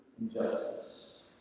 injustice